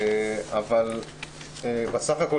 אבל בסך הכול